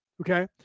Okay